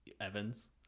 evans